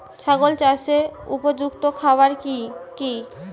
ছাগল চাষের উপযুক্ত খাবার কি কি?